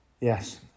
Yes